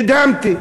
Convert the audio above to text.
נדהמתי.